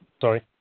sorry